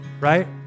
right